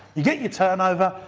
you get your turnover,